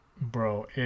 Bro